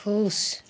खुश